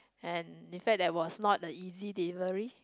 and in fact that was not a easy delivery